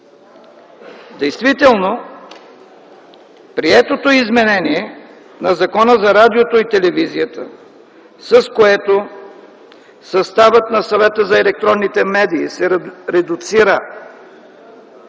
Действително, приетото изменение на Закона за радиото и телевизията, с което съставът на Съвета за електронни медии се редуцира